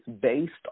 based